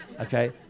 Okay